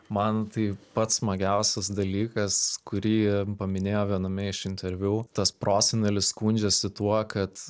man tai pats smagiausias dalykas kurį paminėjo viename iš interviu tas prosenelis skundžiasi tuo kad